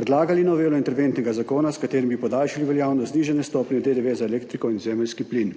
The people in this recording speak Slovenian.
predlagali novelo interventnega zakona, s katerim bi podaljšali veljavnost znižanje stopnje DDV za elektriko in zemeljski plin.